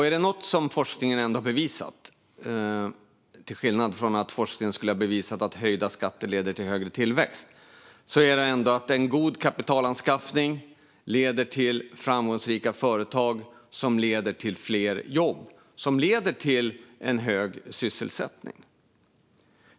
Är det något som forskningen ändå har bevisat - till skillnad från att forskningen skulle ha bevisat att höjda skatter leder till högre tillväxt - är det ändå att en god kapitalanskaffning leder till framgångsrika företag, vilket leder till fler jobb, vilket i sin tur leder till en hög sysselsättning.